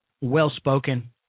well-spoken